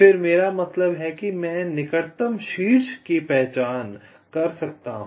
फिर मेरा मतलब है कि मैं निकटतम शीर्ष की पहचान कर सकता हूं